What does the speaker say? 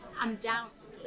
undoubtedly